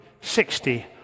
sixty